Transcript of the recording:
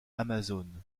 amazone